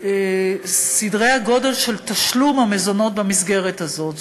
סדר הגודל של תשלום המזונות במסגרת הזאת.